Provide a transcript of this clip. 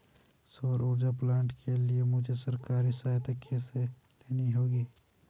सौर ऊर्जा प्लांट के लिए मुझे सरकारी सहायता कैसे लेनी होगी?